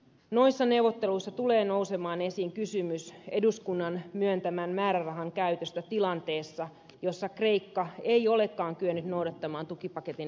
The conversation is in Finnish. noissa neuvotteluissa tulee nousemaan esiin kysymys eduskunnan myöntämän määrärahan käytöstä tilanteessa jossa kreikka ei olekaan kyennyt noudattamaan tukipaketin ehtoja